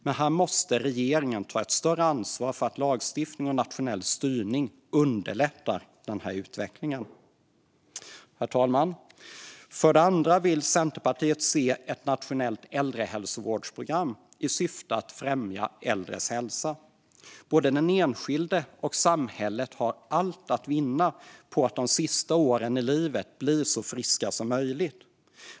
Regeringen måste ta ett större ansvar för att lagstiftning och nationell styrning underlättar för en sådan utveckling. För det andra vill Centerpartiet se ett nationellt äldrehälsovårdsprogram i syfte att främja äldres hälsa. Både den enskilde och samhället har allt att vinna på att de sista åren i livet blir så friska som möjligt.